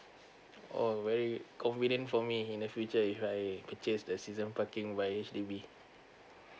oh very convenient for me in the future if I purchase the season parking via H_D_B